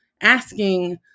asking